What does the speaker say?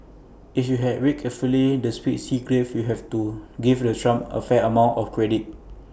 if you had read carefully the speech Xi grave you have to give the Trump A fair amount of credit